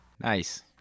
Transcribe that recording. Nice